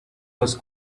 was